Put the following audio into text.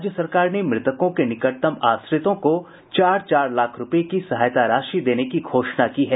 राज्य सरकार ने मृतकों के निकटतम आश्रितों को चार चार लाख रूपये की सहायता राशि देने की घोषणा की है